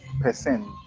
percent